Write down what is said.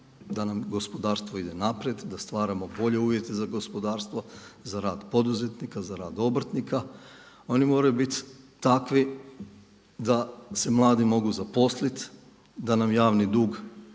da nam gospodarstvo ide naprijed, da stvaramo bolje uvjete za gospodarstvo, za rad poduzetnika, za rad obrtnika. Oni moraju biti takvi da se mladi mogu zaposliti, da nam javni dug,